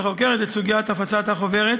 שחוקרת את סוגיית הפצת החוברת,